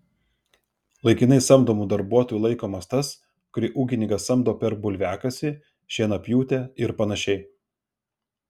laikinai samdomu darbuotoju laikomas tas kurį ūkininkas samdo per bulviakasį šienapjūtę ir panašiai